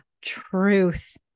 Truth